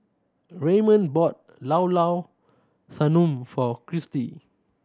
Raymond bought Llao Llao Sanum for Kristi